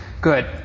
Good